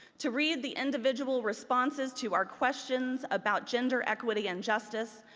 to read the individual responses to our questions about gender equity and justice,